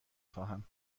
خواهم